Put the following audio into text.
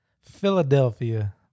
Philadelphia